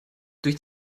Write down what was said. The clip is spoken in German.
durch